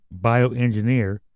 bioengineer